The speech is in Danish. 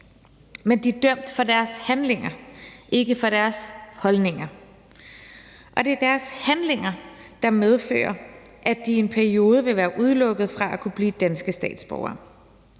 men de er dømt for deres handlinger, ikke for deres holdninger, og det er deres handlinger, der medfører, at de i en periode vil være udelukket fra at kunne blive danske statsborgere.